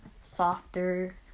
softer